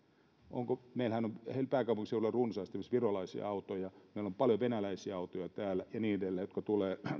meillähän on pääkaupunkiseudulla runsaasti esimerkiksi virolaisia autoja meillä on paljon venäläisiä autoja täällä ja niin edelleen jotka tulee